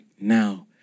now